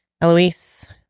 Eloise